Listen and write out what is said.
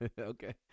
Okay